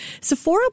Sephora